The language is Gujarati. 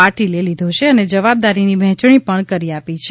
પાટિલે લીધો છે અને જવાબદારીની વહેંચણી પણ કરી આપી છે